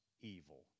evil